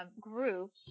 groups